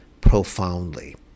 profoundly